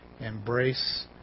embrace